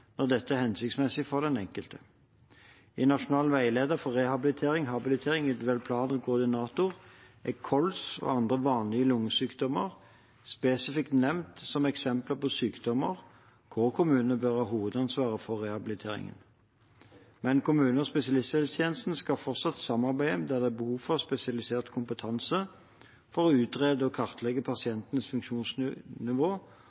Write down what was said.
når dette er hensiktsmessig for den enkelte. I den nasjonale veilederen Rehabilitering, habilitering, individuell plan og koordinator er kols og andre vanlige lungesykdommer spesifikt nevnt som eksempler på sykdommer der kommunene bør ha hovedansvaret for rehabiliteringen. Men kommune- og spesialisthelsetjenesten skal fortsatt samarbeide der det er behov for spesialisert kompetanse for å utrede og kartlegge